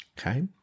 okay